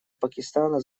пакистана